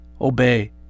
obey